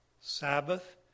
Sabbath